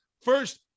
First